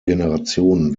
generationen